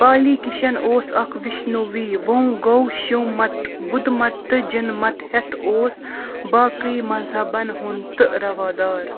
پالی کِشَن اوس اکھ وِشنوٗ وی وۄں گوٚو شِو مت بُدھ مت تہٕ جِن مت ہیٚتھ اوس باقٕے مذہبن ہُنٛد تہِ روادار